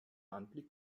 anblick